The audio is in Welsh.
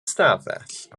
stafell